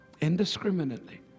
indiscriminately